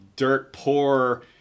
dirt-poor